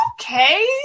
okay